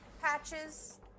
Patches